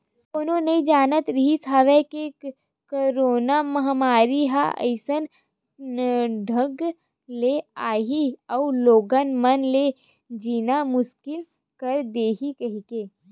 कोनो नइ जानत रिहिस हवय के करोना महामारी ह अइसन ढंग ले आही अउ लोगन मन के जीना मुसकिल कर दिही कहिके